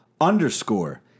Underscore